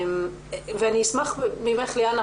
ליאנה,